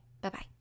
bye-bye